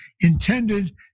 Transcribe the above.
intended